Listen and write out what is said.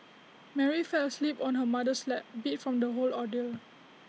Mary fell asleep on her mother's lap beat from the whole ordeal